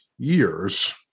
years